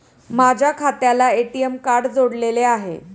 माझ्या खात्याला ATM card जोडलेले आहे